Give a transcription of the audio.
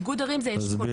איגוד ערים זה אשכולות.